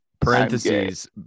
parentheses